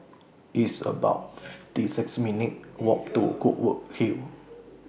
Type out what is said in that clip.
It's about fifty six minutes' Walk to Goodwood Hill